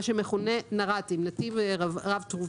מה שמכונה נר"תים נתיב רב תפוסה.